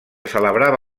celebrava